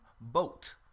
boat